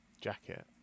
jacket